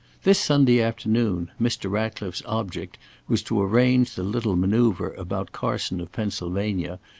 this sunday afternoon mr. ratcliffe's object was to arrange the little manoeuvre about carson of pennsylvania,